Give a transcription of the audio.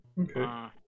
Okay